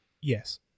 yes